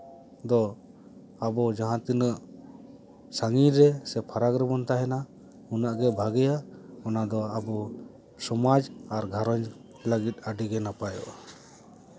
ᱫᱚ ᱟᱵᱚ ᱡᱟᱦᱟᱸ ᱛᱤᱱᱟᱹᱜ ᱥᱟᱺᱜᱤᱧ ᱨᱮ ᱥᱮ ᱯᱷᱟᱨᱟᱠ ᱨᱮᱵᱚᱱ ᱛᱟᱦᱮᱸᱱᱟ ᱩᱱᱟᱹᱜ ᱜᱮ ᱵᱷᱟᱹᱜᱮᱭᱟ ᱚᱱᱟ ᱫᱚ ᱟᱵᱚ ᱥᱚᱢᱟᱡᱽ ᱟᱨ ᱜᱷᱟᱨᱚᱸᱡᱽ ᱞᱟᱹᱜᱤᱫ ᱟᱹᱰᱤᱜᱮ ᱱᱟᱯᱟᱭᱚᱜᱼᱟ